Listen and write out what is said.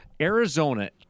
Arizona